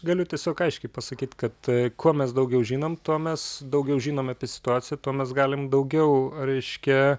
galiu tiesiog aiškiai pasakyt kad kuo mes daugiau žinom tuo mes daugiau žinom apie situaciją tuo mes galim daugiau reiškia